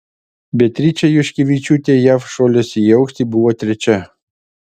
beatričė juškevičiūtė jav šuoliuose į aukštį buvo trečia